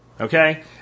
Okay